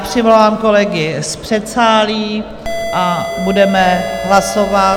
Přivolám kolegy z předsálí a budeme hlasovat.